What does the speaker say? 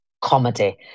comedy